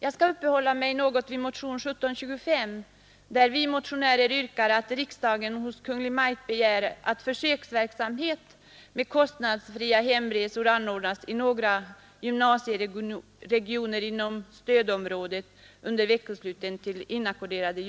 försöksverksamhet med kostnadsfria hemresor under veckosluten för inackorderade gymnasieelever anordnas i några gymnasieregioner inom stödområdet.